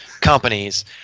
companies